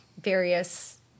various